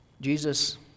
Jesus